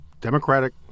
Democratic